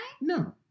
No